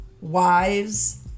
wives